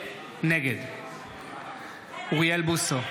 נגד אוריאל בוסו,